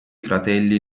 fratelli